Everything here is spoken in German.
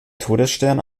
todesstern